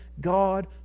God